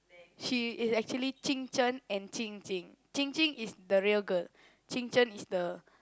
she is actually Qing-Chen and Qing Qing Qing Qing is the real girl Qing-Chen is the